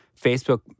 Facebook